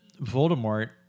Voldemort